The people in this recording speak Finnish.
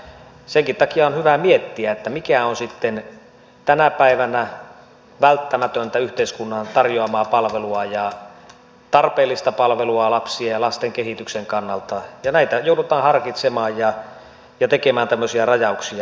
senkin takia on hyvä miettiä mikä on sitten tänä päivänä välttämätöntä yhteiskunnan tarjoamaa palvelua ja tarpeellista palvelua lasten ja lasten kehityksen kannalta ja näitä joudutaan harkitsemaan ja tekemään tämmöisiä rajauksia